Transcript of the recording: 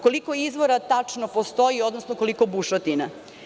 Koliko izvora tačno postoji, odnosno koliko bušotina?